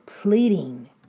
Pleading